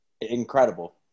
incredible